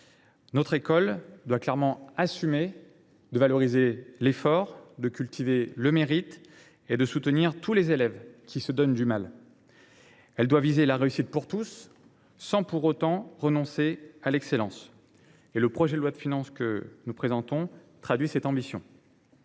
dernière doit clairement assumer de valoriser l’effort, de cultiver le mérite et de soutenir tous les élèves qui se donnent du mal. Elle doit viser la réussite pour tous, sans pour autant renoncer à l’excellence. Le projet de loi de finances que nous présentons traduit cette ambition.